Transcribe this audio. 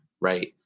right